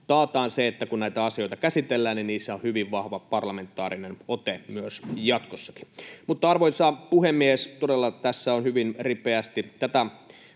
taataan se, että kun näitä asioita käsitellään, niin niissä on hyvin vahva parlamentaarinen ote myös jatkossa. Mutta, arvoisa puhemies, tässä on todella hyvin ripeästi tätä